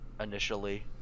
initially